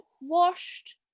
washed